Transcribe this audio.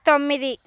తొమ్మిది